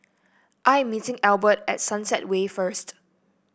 I am meeting Albert at Sunset Way first